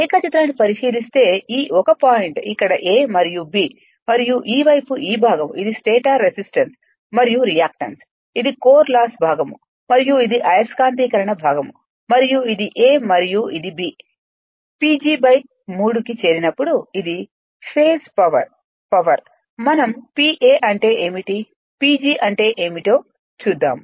రేఖాచిత్రాన్ని పరిశీలిస్తే ఈ ఒక పాయింట్ ఇక్కడ a మరియు b మరియు ఈ వైపు ఈ భాగం ఇది స్టేటర్ రెసిస్టెన్స్ మరియు రియాక్టన్స్ ఇది కోర్ లాస్ భాగం మరియు ఇది అయస్కాంతీకరణ భాగం మరియు ఇది a మరియు ఇది b PG 3 కి చేరినప్పుడు ఇది ఫేస్ పవర్ పవర్ మనం Pa అంటే ఏమిటిPG అంటే ఏమిటో చూద్దాము